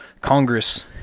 Congress